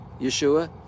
Yeshua